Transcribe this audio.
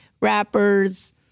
rappers